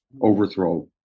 overthrow